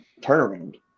turnaround